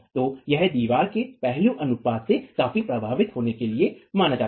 तो यह दीवार के पहलू अनुपात से काफी प्रभावित होने के लिए माना जाता है